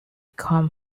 come